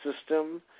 system